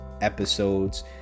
episodes